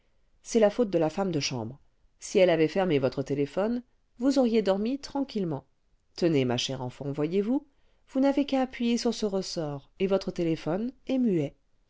c'est la faute de la femme de chambre si elle avait fermé votre téléphone vous auriez dormi tranquillement tenez ma chère enfant voyez-vous vous n'avez qu'à appuyer sur ce ressort et votre téléphone est muet